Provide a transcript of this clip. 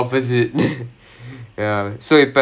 err அதான்:athaan no எனக்கு வந்து:enakku vanthu